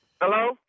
Hello